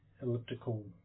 elliptical